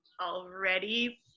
already